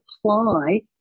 apply